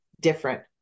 different